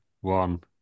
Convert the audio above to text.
one